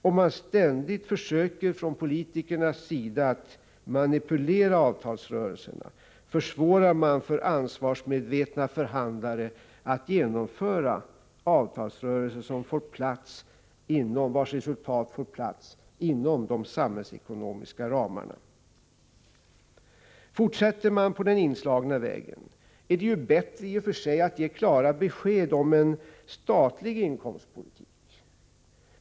Om man ständigt från politikernas sida försöker manipulera avtalsrörelserna försvårar man för ansvarsmedvetna förhandlare att genomföra avtalsrörelser vars resultat får plats inom de samhällsekonomiska ramarna. Fortsätter man på den inslagna vägen är det bättre i och för sig att ge klara besked om en statlig inkomstpolitik.